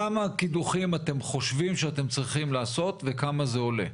כמה קידוחים אתם חושבים שאתם צריכים לעשות וכמה זה עולה?